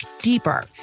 deeper